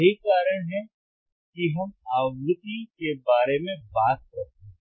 यही कारण है कि हम आवृत्ति के बारे में बात करते हैं